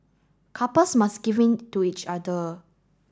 couples must give in to each other